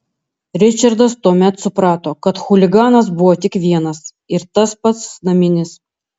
ričardas tuomet suprato kad chuliganas buvo tik vienas ir tas pats naminis